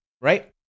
right